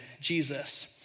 Jesus